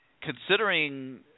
considering